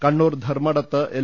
കണ്ണൂർ ധർമടത്ത് എൽ